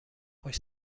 خوش